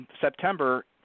September